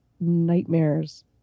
nightmares